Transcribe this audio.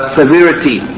severity